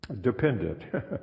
Dependent